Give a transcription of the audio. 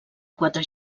quatre